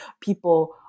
people